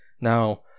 Now